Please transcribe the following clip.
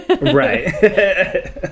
Right